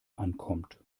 ankommt